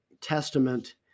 testament